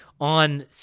on